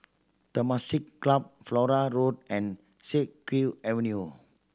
Temasek Club Flora Road and Siak Kew Avenue